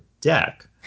deck